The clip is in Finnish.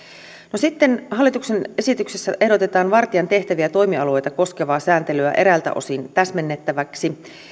no sitten hallituksen esityksessä ehdotetaan vartijan tehtäviä ja toimialueita koskevaa sääntelyä eräiltä osin täsmennettäväksi